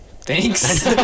Thanks